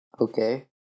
Okay